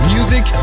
Music